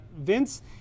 Vince